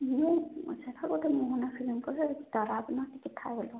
ମୁଁ ସେଟା ଗୋଟେ ମୋହନା ଫିଲିମ୍ ବଲେ ଟିକେ ଥାଏଲୋ